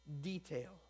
detail